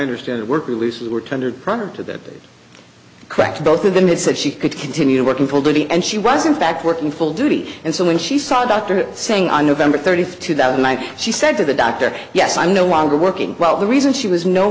understand it work releases were two hundred prior to that correct both of them had said she could continue working full duty and she was in fact working full duty and so when she saw a doctor saying on november thirtieth two thousand i said to the doctor yes i'm no longer working well the reason she was no